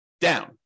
down